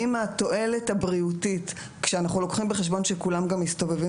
זה משהו שגם אנחנו כאן בוועדה ביקשנו לשקול ואנחנו מברכים על כך,